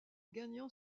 gagnant